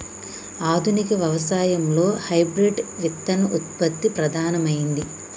ఆధునిక వ్యవసాయం లో హైబ్రిడ్ విత్తన ఉత్పత్తి ప్రధానమైంది